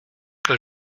que